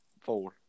Four